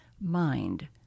mind